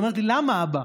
והיא אומרת לי: למה, אבא?